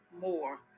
more